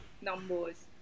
numbers